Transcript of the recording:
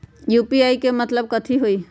UPI के मतलब कथी होई?